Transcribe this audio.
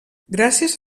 gràcies